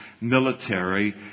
military